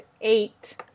eight